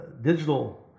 digital